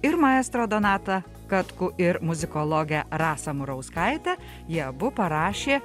ir maestro donatą katkų ir muzikologę rasą murauskaitę jie abu parašė